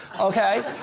okay